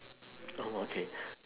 oh okay